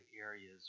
areas